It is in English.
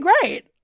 great